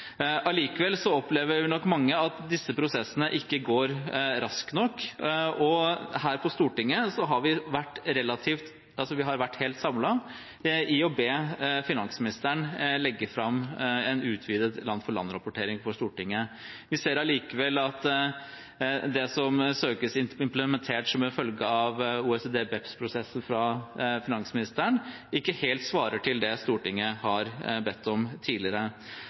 Allikevel opplever nok mange at disse prosessene ikke går raskt nok, og her på Stortinget har vi vært helt samlet i å be finansministeren legge fram en utvidet land-for-land-rapportering for Stortinget. Vi ser allikevel at det som søkes implementert av finansministeren som en følge av OECDs BEPS-prosesser, Base Erosion and Profit Shifting, ikke helt svarer til det Stortinget har bedt om tidligere.